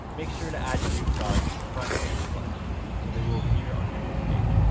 make sure to add your new products to the front page collection so they will appear on your home page.